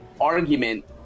argument